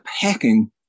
packing